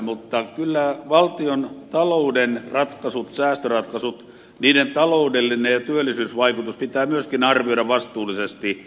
mutta kyllä valtiontalouden säästöratkaisut niiden taloudellinen ja työllisyysvaikutus pitää myöskin arvioida vastuullisesti